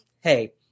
hey